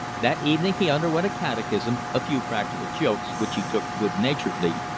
that evening he underwent a catechism, a few practical jokes, which he took good-naturedly,